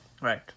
Right